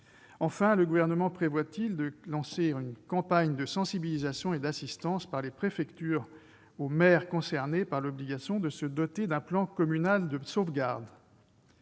Enfin, le Gouvernement compte-t-il lancer une campagne de sensibilisation et d'assistance par les préfectures à destination des maires concernés par l'obligation de se doter d'un plan communal de sauvegarde ?